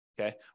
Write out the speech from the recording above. okay